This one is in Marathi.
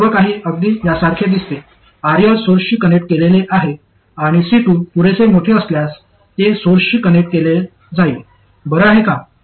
इतर सर्व काही अगदी यासारखे दिसते RL सोर्सशी कनेक्ट केलेले आहे आणि C2 पुरेसे मोठे असल्यास ते सोर्सशी कनेक्ट केले जाईल बरं आहे का